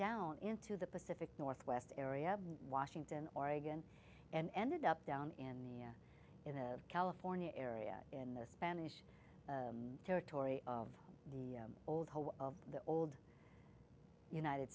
down into the pacific northwest area washington oregon and ended up down in the in the california area in the spanish territory of the old home of the old united